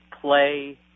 play –